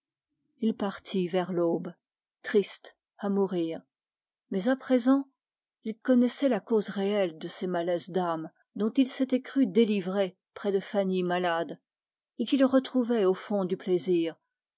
il partit vers l'aube triste à mourir il connaissait la cause réelle de ces malaises d'âme dont il s'était cru délivré près de fanny souffrante et qu'il retrouvait au fond de